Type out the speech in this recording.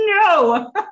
No